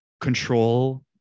control